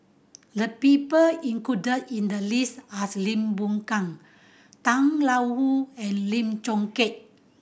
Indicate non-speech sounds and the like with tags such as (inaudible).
the people included in the list are Lim Boon Keng Tang (unintelligible) Wu and Lim Chong Keat